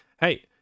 hey